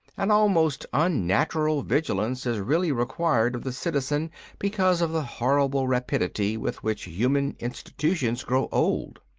an almost unnatural vigilance is really required of the citizen because of the horrible rapidity with which human institutions grow old.